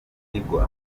igwa